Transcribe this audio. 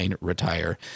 Retire